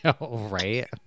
right